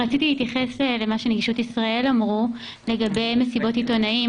רציתי להתייחס למה שנגישות ישראל אמרו לגבי מסיבות עיתונאים.